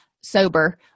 sober